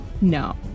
No